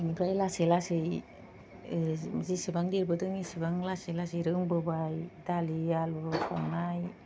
बिनिफ्राय लासै लासै जेसेबां देरबोदों एसेबां लासै लासै रोंबोबाय दालि आलु संनाय